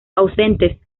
ausentes